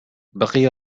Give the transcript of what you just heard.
بقي